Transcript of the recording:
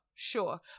Sure